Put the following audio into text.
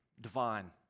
Divine